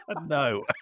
No